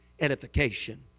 edification